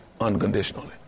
unconditionally